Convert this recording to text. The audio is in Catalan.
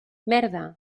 merda